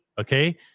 okay